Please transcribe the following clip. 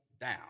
down